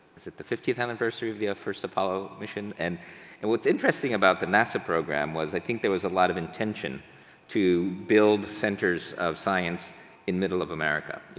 is it the fiftieth anniversary of the first apollo mission and and what's interesting about the nasa program was i think there was a lot of intention to build centers of science in middle of america, you